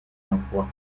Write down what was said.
acqua